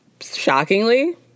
Shockingly